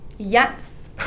Yes